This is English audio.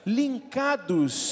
linkados